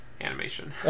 animation